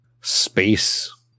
space